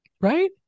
Right